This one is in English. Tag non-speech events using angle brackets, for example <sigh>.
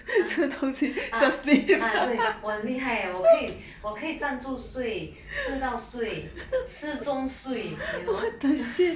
!huh! 啊啊对我很厉害我可以站住睡吃到睡吃中睡 you know <laughs>